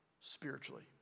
spiritually